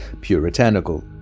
puritanical